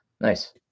Nice